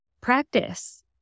practice